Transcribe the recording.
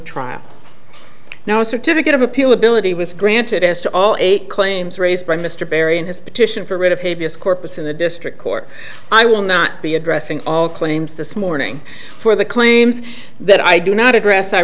trial now a certificate of appeal ability was granted as to all eight claims raised by mr berry in his petition for writ of habeas corpus in the district court i will not be addressing all claims this morning for the claims that i do not address i